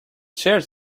shares